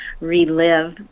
relive